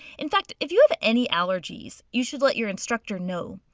in fact, if you have any allergies, you should let your instructor know.